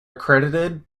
accredited